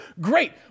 great